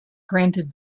granted